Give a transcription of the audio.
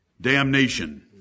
damnation